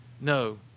no